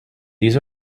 these